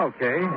Okay